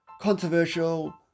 controversial